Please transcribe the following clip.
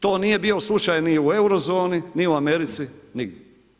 To nije bio slučaj ni u Euro zoni, ni u Americi, nigdje.